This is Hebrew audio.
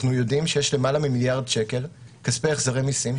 אנחנו יודעים שיש יותר ממיליארד שקל כספי החזרי מיסים,